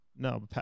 No